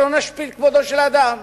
שלא נשפיל כבודו של אדם.